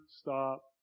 stop